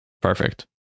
Perfect